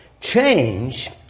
change